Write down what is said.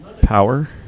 power